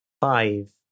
Five